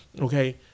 Okay